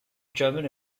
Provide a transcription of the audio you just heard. german